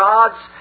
God's